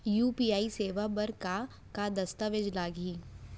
UPI सेवा बर का का दस्तावेज लागही?